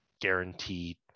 guaranteed